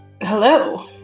Hello